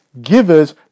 Givers